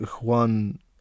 Juan